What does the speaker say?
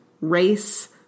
Race